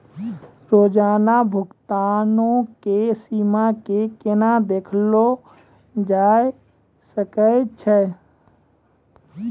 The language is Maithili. रोजाना भुगतानो के सीमा के केना देखलो जाय सकै छै?